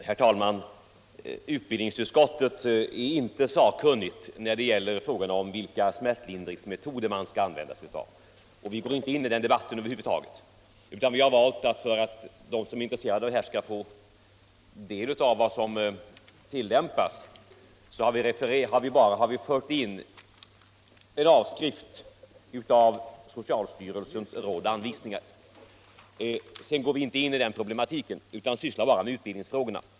Herr talman! Utbildningsutskottet är inte sakkunnigt när det gäller frågan om vilka smärtlindringsmetoder man skall använda sig av. Vi vill inte gå in i den debatten över huvud taget, utan vi har, för att de som är intresserade av detta skall få del av vad som tillämpas, valt att i betänkandet ta in en avskrift av socialstyrelsens råd och anvisningar. Sedan går vi i betänkandet inte in i den problematiken utan sysslar bara med utbildningsfrågorna.